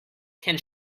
can